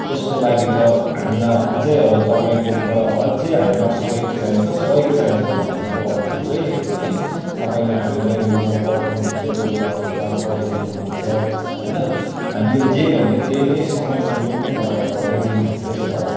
यसको लागि त हामीलाई अझ अब तपाईँकोबाट अझ हामीलाई सहयोग चाहिन्छ सहयोग चाहिन्छ भन्नुको अर्थ चाहिँ है तपाईँले हामीलाई मम पठाउनु हुन्छ कोही बेला थुक्पा पठाइदिनुहुन्छ होइन हामीले जे भन्यो त्यही नै समय समयमै तपाईँले पठाइदिनु हुँदैछ